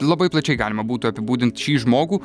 labai plačiai galima būtų apibūdint šį žmogų